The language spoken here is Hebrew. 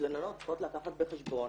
המתלוננות צריכות לקחת בחשבון